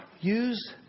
use